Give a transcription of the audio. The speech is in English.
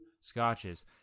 scotches